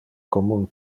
commun